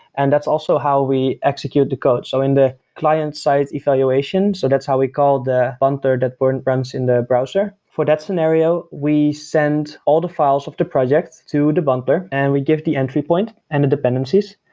and that's also how we execute the code. so in the client side evaluation, so that's how we call the buntler that and runs in the browser. for that scenario, we send all the files of the projects to the buntler and we give the entry point and the dependencies.